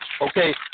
okay